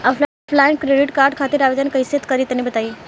Offline credit card खातिर आवेदन कइसे करि तनि बताई?